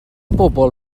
bobl